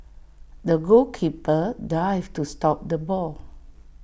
the goalkeeper dived to stop the ball